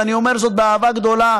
ואני אומר זאת באהבה גדולה,